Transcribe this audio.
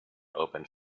opened